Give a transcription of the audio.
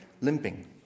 limping